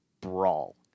brawl